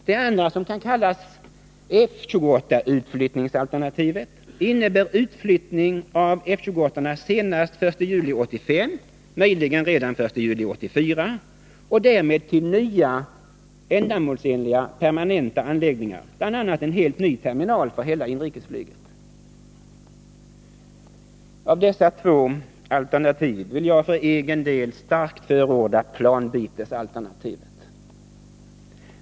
Det andra, som kan kallas ”F-28-utflyttningsalternativet” , innebär utflyttning av F-28:orna senast 1 juli 1985 — möjligen redan 1 juli 1984 — och därmed till nya ändamålsenliga permanenta anläggningar, bl.a. en helt ny terminal för hela inrikesflyget. Av dessa två alternativ vill jag för egen del starkt förorda planbytesalternativet.